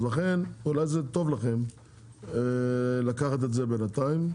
אז לכן אולי זה טוב לכם לקחת את זה בינתיים.